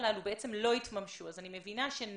בעצם לא התממשו, אני מבינה שהן